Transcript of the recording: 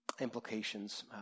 implications